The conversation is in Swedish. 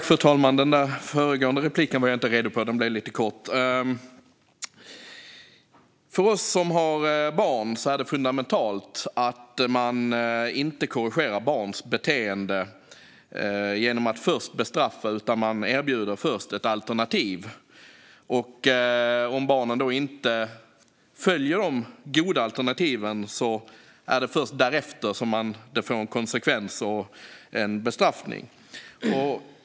Fru talman! Den föregående repliken var jag inte beredd på. Den blev lite kort. För oss som har barn är det fundamentalt att man inte korrigerar barns beteende genom att först bestraffa utan att man först erbjuder ett alternativ. Om barnen inte följer de goda alternativen är det först därefter som det får en konsekvens i form av en bestraffning.